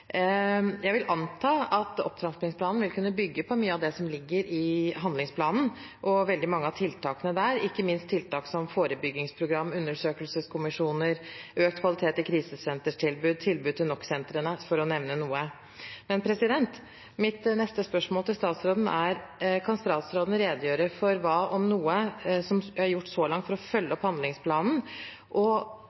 Jeg vil anta at opptrappingsplanen vil kunne bygge på mye av det som ligger i handlingsplanen, og på veldig mange av tiltakene der – ikke minst tiltak som forebyggingsprogram, undersøkelseskommisjoner, økt kvalitet i krisesentertilbud, tilbud til Nok.-sentrene, for å nevne noe. Men mitt neste spørsmål til statsråden er: Kan statsråden redegjøre for hva, om noe, som er gjort så langt for å følge opp handlingsplanen? Og